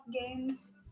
games